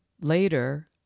later